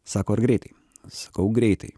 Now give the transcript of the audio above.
sako ar greitai sakau greitai